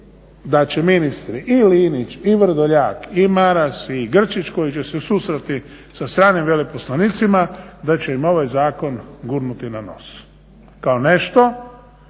da će ministri i Linić i Vrdoljak i Maras i Grčić koji će se susresti sa stranim veleposlanicima da će im ovaj zakon gurnuti na nos kao nešto